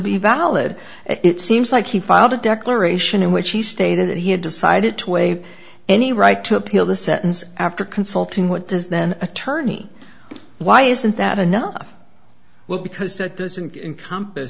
be valid it seems like he filed a declaration in which he stated that he had decided to waive any right to appeal the sentence after consulting what does then attorney why isn't that enough well because that doesn't encomp